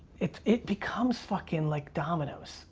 it it becomes fuckin' like dominoes